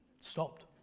stopped